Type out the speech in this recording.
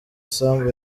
isambu